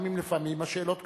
גם אם לפעמים השאלות קשות.